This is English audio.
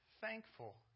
thankful